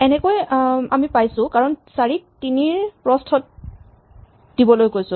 এনেকৈ আমি পাইছো কাৰণ আমি ৪ ক ৩ ৰ প্ৰস্হত দিবলৈ কৈছিলো